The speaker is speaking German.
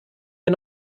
wir